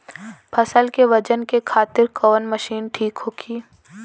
फसल के वजन खातिर कवन मशीन ठीक होखि?